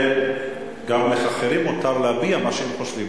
גם לאחרים מותר להביע מה שהם חושבים.